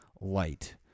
light